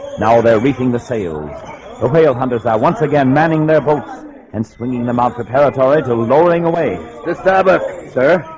now they're reaching the sails oh whale hunters are once again manning their votes and swinging them off the territory lowering away the sabbath sir